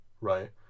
right